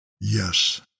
yes